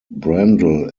brendel